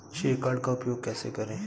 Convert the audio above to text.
श्रेय कार्ड का उपयोग कैसे करें?